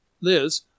Liz